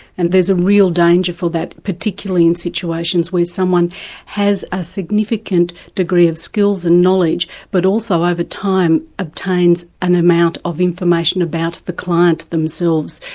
and there's a real danger for that particularly in situations where someone has a significant degree of skills and knowledge, but also over time obtains an amount of information about the client themselves,